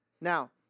Now